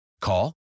Call